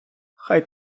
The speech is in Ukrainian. хай